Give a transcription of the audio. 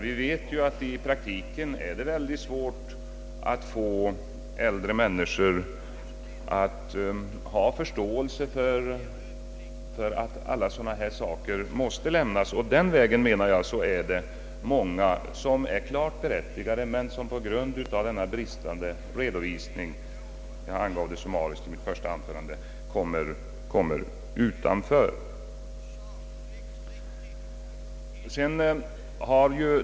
Vi vet dock att det i praktiken är mycket svårt att få äldre människor att inse att dylika uppgifter måste lämnas. Av den anledningen är det många hemmadöttrar som har en klar rätt men som kommer utanför på grund av bristande redovisning, såsom jag summariskt angav i mitt första anförande.